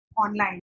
online